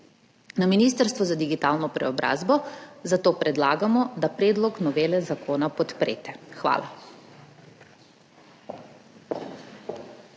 Na Ministrstvu za digitalno preobrazbo, zato predlagamo, da predlog novele zakona podprete. Hvala.